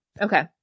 Okay